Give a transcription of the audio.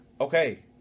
Okay